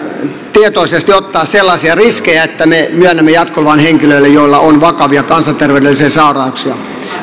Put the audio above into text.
tietoisesti ottaa sellaisia riskejä että me myönnämme jatkoluvan henkilöille joilla on vakavia kansanterveydellisiä sairauksia